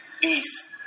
peace